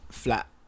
Flat